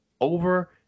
over